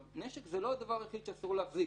נשק זה לא הדבר היחיד שאסור להחזיק.